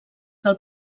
del